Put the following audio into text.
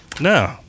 No